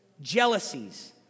jealousies